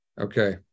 Okay